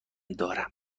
دارم